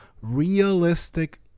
realistic